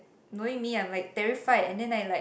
knowing me I'm like terrified and then I like